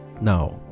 Now